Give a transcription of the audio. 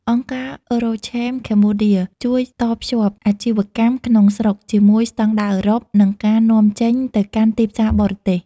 អង្គការ EuroCham Cambodia ជួយតភ្ជាប់អាជីវកម្មក្នុងស្រុកជាមួយ "ស្ដង់ដារអឺរ៉ុប" និងការនាំចេញទៅកាន់ទីផ្សារបរទេស។